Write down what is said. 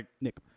Nick